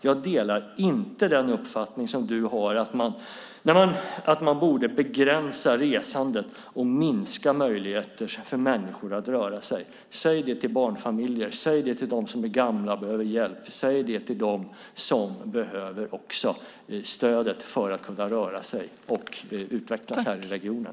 Jag delar inte den uppfattning som du har, att man borde begränsa resandet och minska möjligheterna för människor att röra sig. Säg det till barnfamiljer, säg det till dem som är gamla och behöver hjälp, säg det till dem som behöver stöd för att kunna röra sig och utvecklas här i regionen!